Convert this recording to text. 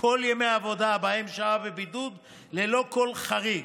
כל ימי העבודה שבהם שהה בבידוד ללא כל חריג.